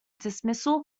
dismissal